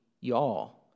y'all